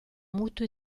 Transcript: muto